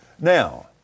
Now